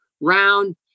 round